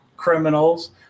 Criminals